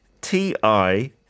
T-I